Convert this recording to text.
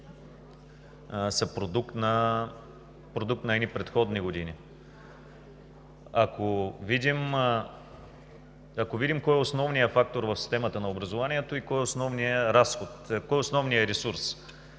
са продукт на едни предходни години. Кой е основният фактор в системата на образованието, кой е основният ресурс